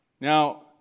Now